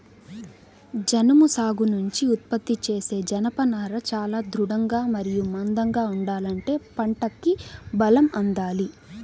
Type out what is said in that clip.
జనుము సాగు నుంచి ఉత్పత్తి చేసే జనపనార చాలా దృఢంగా మరియు మందంగా ఉండాలంటే పంటకి బలం అందాలి